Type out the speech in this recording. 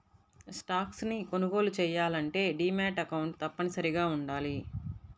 stocks ని కొనుగోలు చెయ్యాలంటే డీమాట్ అకౌంట్ తప్పనిసరిగా వుండాలి